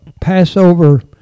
Passover